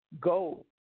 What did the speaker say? Go